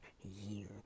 Year